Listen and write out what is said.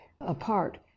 apart